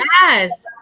Yes